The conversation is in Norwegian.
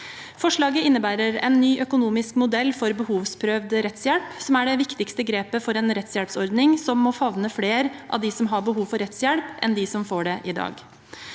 Forslaget innebærer en ny økonomisk modell for behovsprøvd rettshjelp, som er det viktigste grepet for en rettshjelpsordning som må favne flere av dem som har behov for rettshjelp, enn de som får det i dag.